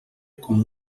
com